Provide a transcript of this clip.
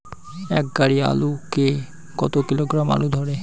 এক গাড়ি আলু তে কত কিলোগ্রাম আলু ধরে?